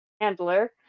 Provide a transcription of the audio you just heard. handler